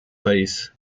país